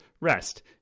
rest